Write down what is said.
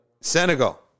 Senegal